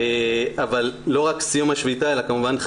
אבל לא רק סיום השביתה אלא כמובן,